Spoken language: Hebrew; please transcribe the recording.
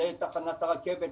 לתחנת רכבת,